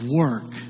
work